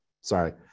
sorry